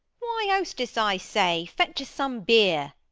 why, hostess, i say, fetch us some beer.